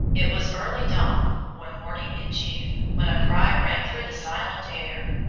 it was early dawn, one morning in june, when a cry rang through the silent air,